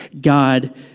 God